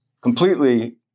completely